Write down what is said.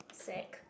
sack